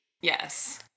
Yes